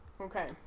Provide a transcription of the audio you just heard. Okay